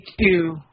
two